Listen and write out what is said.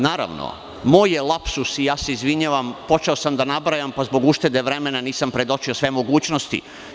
Naravno, moj je lapsus i ja se izvinjavam, počeo sam da nabrajam, pa zbog uštede vremena nisam predočio sve mogućnosti.